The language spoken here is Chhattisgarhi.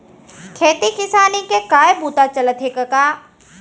खेती किसानी के काय बूता चलत हे कका?